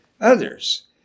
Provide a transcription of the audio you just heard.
others